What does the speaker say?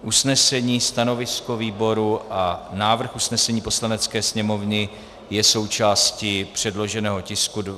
Usnesení, stanovisko výboru a návrh usnesení Poslanecké sněmovny je součástí předloženého tisku 227E.